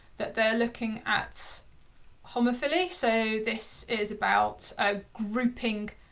that they're looking at homophily, so this is about ah grouping,